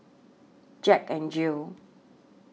Jack N Jill